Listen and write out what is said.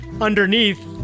underneath